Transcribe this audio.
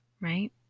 right